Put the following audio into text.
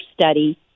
study